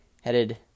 headed